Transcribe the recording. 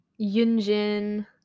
yunjin